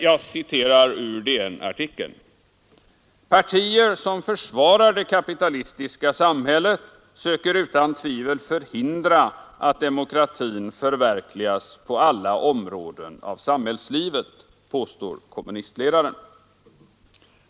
Jag citerar ur DN-artikeln: ”Partier som försvarar det kapitalistiska samhället söker utan tvivel förhindra att demokratin förverkligas på alla områden av samhällslivet.” Detta påstår alltså kommunistledaren.